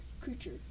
creature